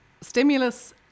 stimulus